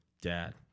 dad